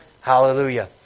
Hallelujah